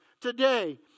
today